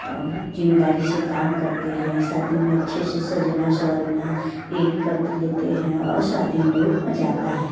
और भी जिम्मेदारी से काम करते हैं शादी में अच्छे से सजना सवरना ये भी कर लेते हैं और शादी में बहुत मजा आता है